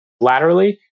laterally